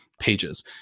pages